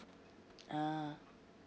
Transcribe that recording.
ah